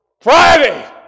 Friday